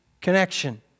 connection